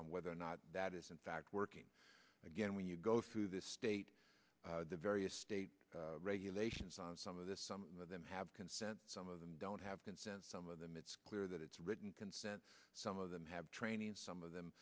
on whether or not that is in fact working again when you go through the state the various state regulations and some of the some of them have consent some of them don't have consent some of them it's clear that it's written consent some of them have training and some of them